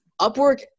Upwork